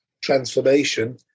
transformation